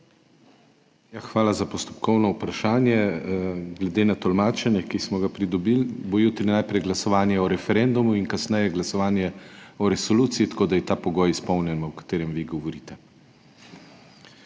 Hvala za postopkovno vprašanje. Glede na tolmačenje, ki smo ga pridobili, bo jutri najprej glasovanje o referendumu in kasneje glasovanje o resoluciji, tako da je ta pogoj, o katerem vi govorite,